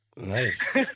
Nice